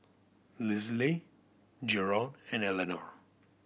Lisle Jaron and Elenor